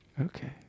Okay